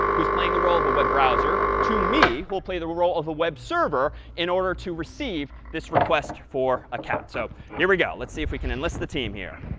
who's playing the role of a web browser, to me, who will play the role of a web server, in order to receive this request for a cat. so here we go. let's see if we can enlist the team here.